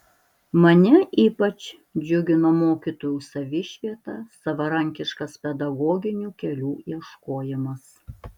mane ypač džiugino mokytojų savišvieta savarankiškas pedagoginių kelių ieškojimas